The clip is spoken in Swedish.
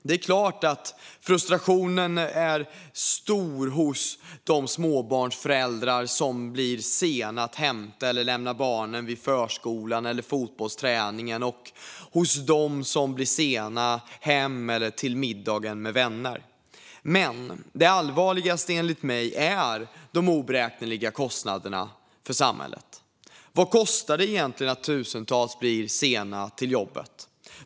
Det klart att frustrationen är stor hos de småbarnsföräldrar som blir sena att lämna eller hämta barnen vid förskolan eller fotbollsträningen och hos dem som blir sena hem eller till middagen med vänner. Men det allvarligaste enligt mig är de oberäkneliga kostnaderna för samhället. Vad kostar det egentligen att tusentals blir sena till jobbet?